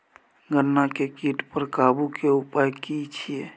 गन्ना के कीट पर काबू के उपाय की छिये?